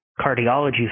Cardiology